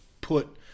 put